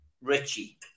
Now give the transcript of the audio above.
Richie